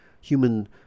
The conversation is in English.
human